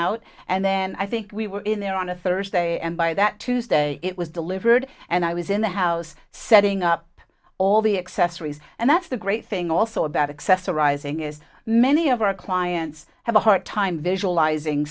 out and then i think we were in there on a thursday and by that tuesday it was delivered and i was in the house setting up all the accessories and that's the great thing also about accessorizing is many of our clients have a hard time visualizing